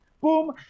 Boom